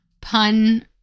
pun-